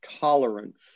tolerance